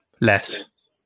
less